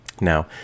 now